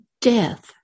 Death